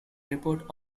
airport